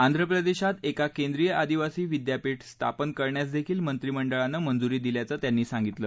आंघ्रप्रदेशात एक केंद्रीय आदिवासी विद्यापीठ स्थापन करण्यासदेखील मंत्रिमंडळानं मंजूरी दिल्याचं त्यांनी सांगितलं